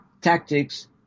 tactics